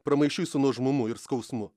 pramaišiui su nuožmumu ir skausmu